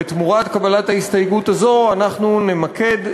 ותמורת קבלת ההסתייגות הזאת אנחנו נמקד,